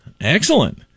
Excellent